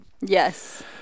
yes